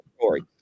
story